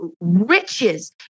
riches